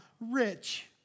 rich